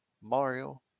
Mario